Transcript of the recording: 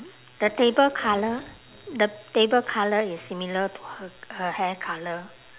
the table colour the table colour is similar to her her hair colour